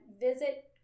visit